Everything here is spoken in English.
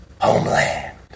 homeland